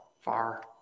far